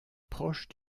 proche